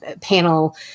panel